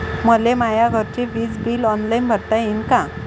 मले माया घरचे विज बिल ऑनलाईन भरता येईन का?